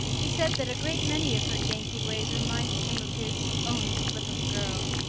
he said that a great many of her dainty ways reminded him of his own slip of a girl,